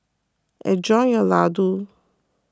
enjoy your Ladoo